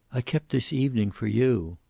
i kept this evening for you.